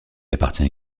appartient